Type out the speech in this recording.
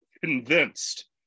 convinced